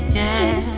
yes